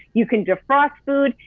you can defrost food,